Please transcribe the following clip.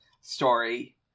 story